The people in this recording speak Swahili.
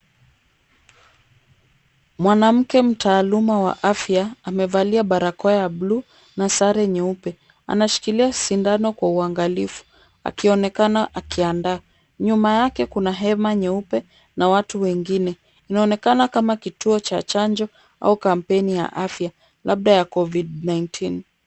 Mwanamke mtaalama wa afya amevalia barakoa ya buluu na sare nyeupe. Anashikilia sindano kwa uangalifu akionekana akiandaa. Nyuma yake kuna hema nyeupe na watu wengine. Inaonekana kama kituo cha chanjo au kampeni ya afya labda ya Covid 19 .